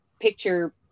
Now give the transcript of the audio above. picture